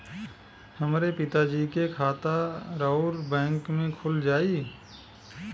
हमरे पिता जी के खाता राउर बैंक में खुल जाई?